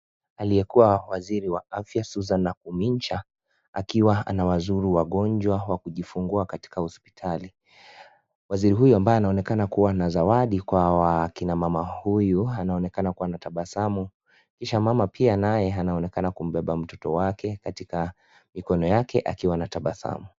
Aliyekua waziri wa afya, Susan Nakhumicha, akiwa anawazuru wagonjwa wa kujifungua katika hospitali. Waziri huyo ambaye anaonekana kuwa na zawadi kwa kina mama huyu anaonekana kuwa anatabasamu kisha mama pia naye anaonekana kumbeba mtoto wake katika mikono yake akiwa anatabasamu.